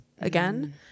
again